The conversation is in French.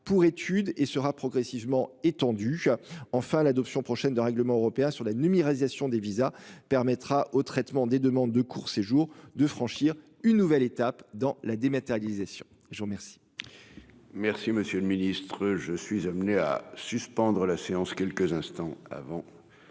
pour étude et sera progressivement étendue, enfin l'adoption prochaine de règlement européen sur la numérisation des visas permettra au traitement des demandes de courts séjours de franchir une nouvelle étape dans la dématérialisation. Je vous remercie.